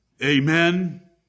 Amen